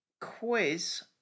quiz